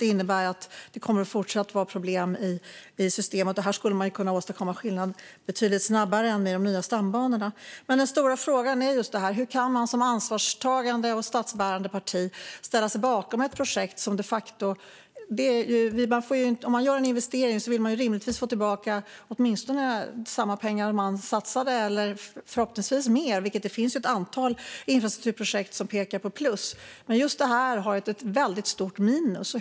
Det innebär att det fortsatt kommer att vara problem i systemet. Här skulle man kunna åstadkomma skillnad betydligt snabbare än med de nya stambanorna. Den stora frågan är: Hur kan man som ansvarstagande och statsbärande parti ställa sig bakom ett sådant projekt? Om man gör en investering vill man rimligtvis få tillbaka åtminstone samma pengar som man satsade eller förhoppningsvis mer. Det finns ett antal infrastrukturprojekt som pekar på plus. Men just det här har ett väldigt stort minus.